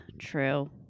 true